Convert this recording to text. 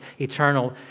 eternal